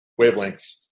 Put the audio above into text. wavelengths